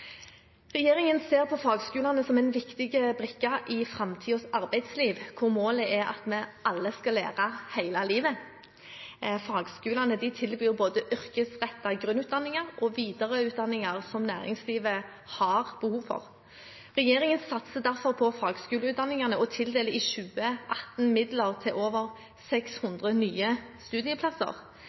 Regjeringen ser på fagskolene som en viktig brikke i framtidens arbeidsliv, hvor målet er at vi alle skal lære hele livet. Fagskolene tilbyr både yrkesrettede grunnutdanninger og videreutdanninger som næringslivet har behov for. Regjeringen satser derfor på fagskoleutdanningene og tildeler i 2018 midler til over 600 nye studieplasser.